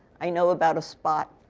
i know about a spot.